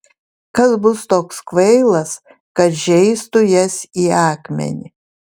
kas bus toks kvailas kad žeistų jas į akmenį